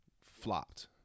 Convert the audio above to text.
flopped